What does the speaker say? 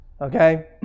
Okay